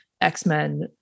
X-Men